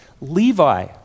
Levi